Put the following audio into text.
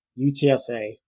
UTSA